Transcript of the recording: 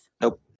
Nope